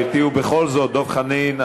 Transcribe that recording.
בכל זאת, חבר הכנסת דב חנין.